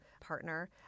partner